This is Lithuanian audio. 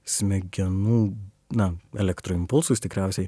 smegenų na elektroimpulsus tikriausiai